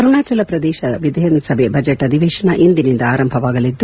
ಅರುಣಾಚಲ ಪ್ರದೇಶದ ವಿಧಾನಸಭೆಯ ಬಜೆಟ್ ಅಧಿವೇಶನ ಇಂದಿನಿಂದ ಆರಂಭವಾಗಲಿದೆ